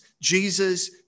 Jesus